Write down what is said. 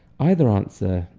either answer,